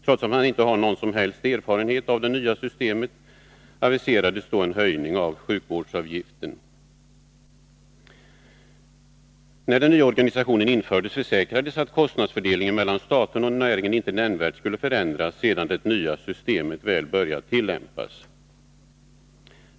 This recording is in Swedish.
Trots att man inte hade någon som helst erfarenhet av det nya systemet aviserades en höjning av djursjukvårdsavgiften. När den nya organisationen infördes försäkrades att kostnadsfördelningen mellan staten och näringen inte nämnvärt skulle förändras sedan det nya systemet väl börjat tillämpas.